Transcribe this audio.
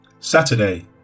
Saturday